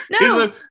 No